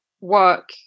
work